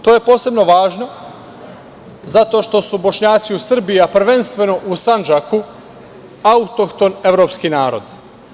To je posebno važno zato što su Bošnjaci u Srbiji, a prvenstveno u Sandžaku, autohton evropski narod.